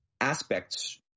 aspects